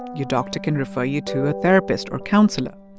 your doctor can refer you to a therapist or counselor.